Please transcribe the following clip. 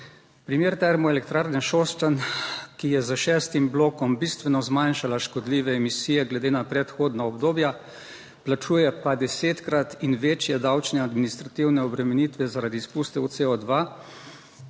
Primer Termoelektrarne Šoštanj, ki je s šestim blokom bistveno zmanjšala škodljive emisije glede na predhodna obdobja, plačuje pa desetkrat večje davčne administrativne obremenitve zaradi izpustov CO2